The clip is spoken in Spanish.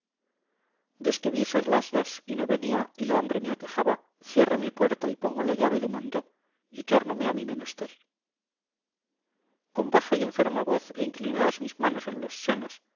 ser las dos y no venía y la hambre me aquejaba cierro mi puerta y pongo la llave do mandó y tórnome a mi menester con baja y enferma voz e inclinadas mis manos en los senos